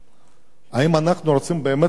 האם אנחנו רוצים באמת להיות צדיקים?